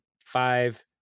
five